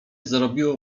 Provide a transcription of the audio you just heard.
zrobiło